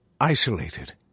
isolated